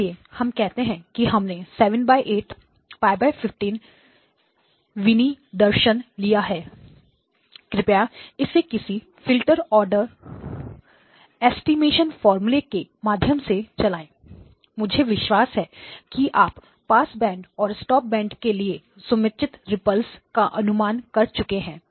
चलिए हम कहते हैं कि हमने 78 π15 विनिर्देशन लिया कृपया इसे किसी फिल्टर आर्डर एस्टिमेशन फॉमूले के माध्यम से चलाएं मुझे विश्वास है कि आप पास बैंड और स्टॉप बैंड के लिए समुचित रिपल्स का अनुमान कर चुके हैं